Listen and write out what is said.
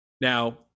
Now